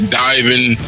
diving